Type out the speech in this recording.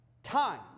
Time